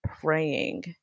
praying